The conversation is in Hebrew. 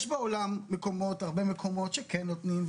יש בעולם הרבה מקומות שכן נותנים,